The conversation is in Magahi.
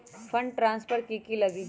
फंड ट्रांसफर कि की लगी?